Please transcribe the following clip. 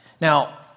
Now